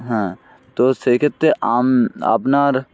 হ্যাঁ তো সেক্ষেত্রে আপনার